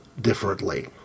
differently